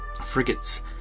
Frigates